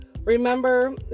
remember